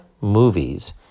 movies